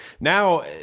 now